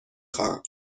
خواهم